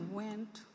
went